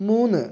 മൂന്ന്